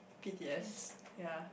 K_T_S ya